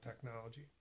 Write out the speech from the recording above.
technology